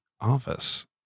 office